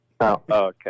Okay